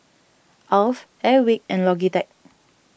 Alf Airwick and Logitech